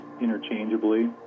interchangeably